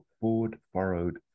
forward-furrowed